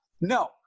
No